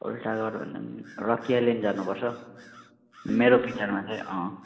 उल्टा घर भन्दा पनि रकी आइल्यान्ड जानुपर्छ मेरो विचारमा चाहिँ अँ